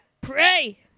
Pray